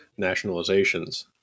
nationalizations